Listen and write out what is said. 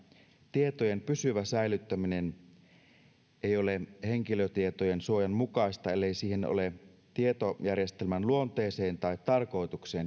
tietojen pysyvä säilyttäminen ei ole henkilötietojen suojan mukaista ellei siihen ole tietojärjestelmän luonteeseen tai tarkoitukseen